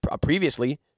previously